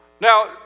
Now